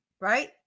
right